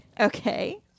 Okay